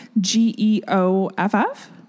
G-E-O-F-F